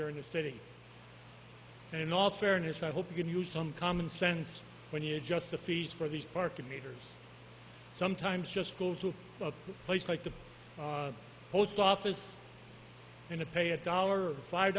here in the city and in all fairness i hope you can use some common sense when you adjust the fees for these parking meters sometimes just going to a place like the post office in a pay at dollar five